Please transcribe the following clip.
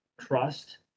trust